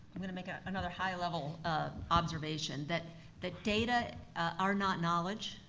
i'm gonna make ah another high-level ah observation, that that data are not knowledge,